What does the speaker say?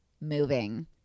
moving